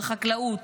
בחקלאות,